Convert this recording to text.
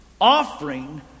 offering